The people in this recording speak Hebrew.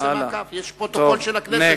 נעשה מעקב, יש פרוטוקול של הכנסת.